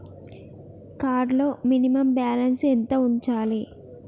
Card లో minimum balance ఎంత ఉంచాలే?